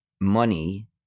money